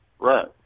Right